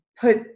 put